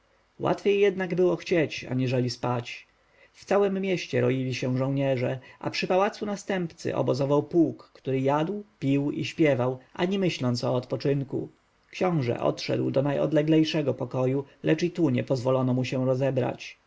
łatwiej jednak było chcieć aniżeli spać w całem mieście roili się żołnierze a przy pałacu następcy obozował pułk który jadł pił i śpiewał ani myśląc o odpoczynku książę odszedł do najodleglejszego pokoju lecz i tu nie pozwolono mu się rozebrać